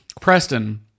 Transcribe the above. Preston